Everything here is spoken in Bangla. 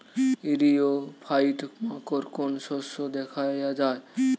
ইরিও ফাইট মাকোর কোন শস্য দেখাইয়া যায়?